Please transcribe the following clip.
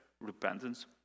repentance